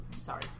Sorry